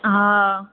हा